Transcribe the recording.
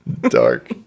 dark